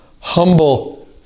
humble